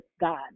God